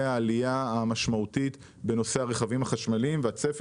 העלייה המשמעותית בנושא הרכבים החשמליים והצפי.